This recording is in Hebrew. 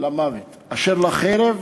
למות ואשר לחרב